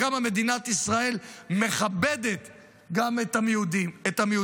כמה מדינת ישראל מכבדת גם את המיעוטים.